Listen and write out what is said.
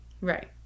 right